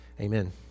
Amen